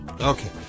Okay